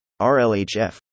RLHF